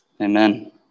amen